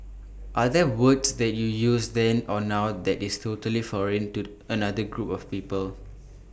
are there words that you use then or now that is totally foreign to another group of people